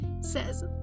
says